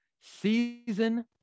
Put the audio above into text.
season